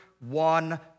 one